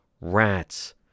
rats